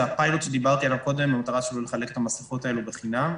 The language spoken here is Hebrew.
שההמטרה של הפיילוט שדיברתי עליו היא לחלק את המסכות האלו בחינם,